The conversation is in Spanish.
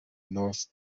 nos